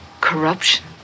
corruption